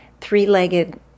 three-legged